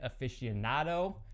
aficionado